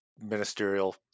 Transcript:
ministerial